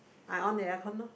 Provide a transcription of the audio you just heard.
I on the aircon lor